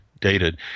dated